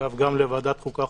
אגב גם לוועדת חוקה,